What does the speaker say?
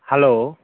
hello